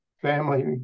family